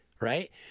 right